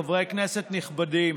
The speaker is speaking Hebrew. חברי כנסת נכבדים,